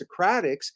Socratics